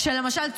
כשלמשל,